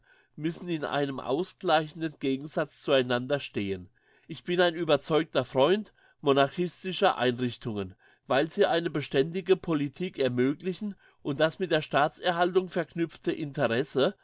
müssen in einem ausgleichenden gegensatze zu einander stehen ich bin ein überzeugter freund monarchischer einrichtungen weil sie eine beständige politik ermöglichen und das mit der staatserhaltung verknüpfte interesse